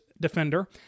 defender